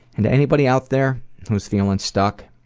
and to anybody out there who's feeling stuck,